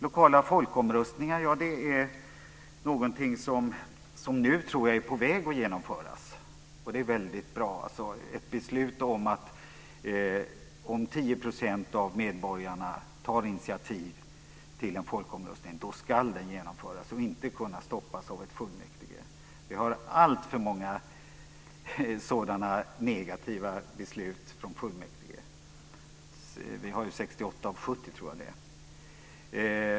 Lokala folkomröstningar är någonting som jag tror är på väg att genomföras nu. Det är väldigt bra. Om 10 % av medborgarna tar initiativ till en folkomröstning så ska den genomföras och inte kunna stoppas av fullmäktige. Vi har alltför många sådana negativa beslut från fullmäktige - 68 av 70 tror jag att det är.